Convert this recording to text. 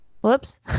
Whoops